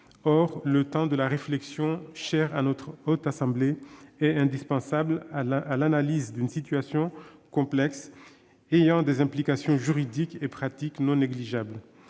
Or le temps de la réflexion, cher à la Haute Assemblée, est indispensable à l'analyse d'une situation complexe ayant des implications juridiques et pratiques non négligeables.